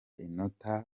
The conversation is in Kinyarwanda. inota